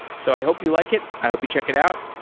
so i hope you like it. i hope you check it out.